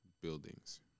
buildings